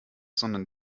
sondern